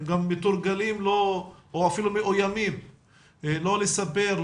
הם גם מתורגלים או אפילו מאוימים לא לספר,